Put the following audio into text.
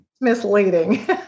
misleading